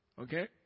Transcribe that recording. Okay